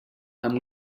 amb